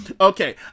Okay